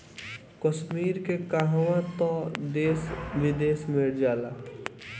कश्मीर के कहवा तअ देश विदेश में जाला